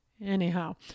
Anyhow